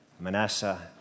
Manasseh